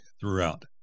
throughout